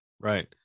Right